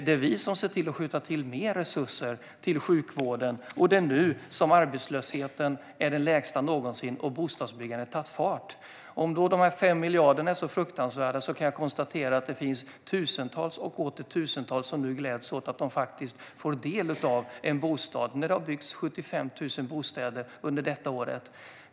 Det är vi som skjuter till mer resurser till sjukvården, och det är nu som arbetslösheten är den lägsta någonsin och bostadsbyggandet har tagit fart. Om då de 5 miljarderna är så fruktansvärda kan jag konstatera att det finns tusentals som gläds åt att de faktiskt får del av en bostad när det nu har byggts 75 000 bostäder under detta år.